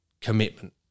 commitment